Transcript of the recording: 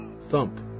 thump